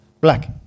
Black